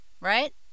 right